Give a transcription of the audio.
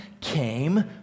came